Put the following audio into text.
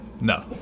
No